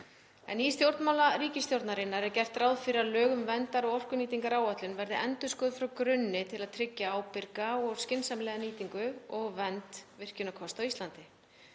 Í stjórnarsáttmála ríkisstjórnarinnar er gert ráð fyrir að lög um verndar- og orkunýtingaráætlun verði endurskoðuð frá grunni til að tryggja ábyrga og skynsamlega nýtingu og vernd virkjunarkosta á Íslandi.